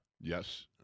Yes